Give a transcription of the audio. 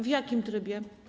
w jakim trybie?